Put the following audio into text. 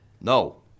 No